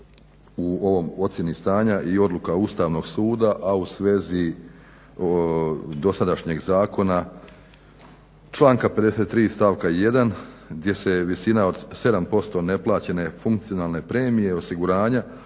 u ovoj ocjeni stanja i odluka Ustavnog suda, a u svezi dosadašnjeg zakona, članka 53. stavka 1. gdje se visina od 7% neplaćene funkcionalne premije osiguranja